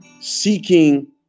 seeking